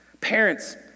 Parents